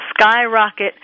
skyrocket